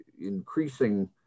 increasing